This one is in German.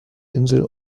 insel